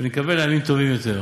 ונקווה לימים טובים יותר.